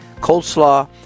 coleslaw